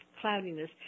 cloudiness